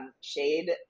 shade